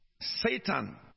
Satan